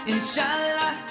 Inshallah